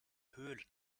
höhlen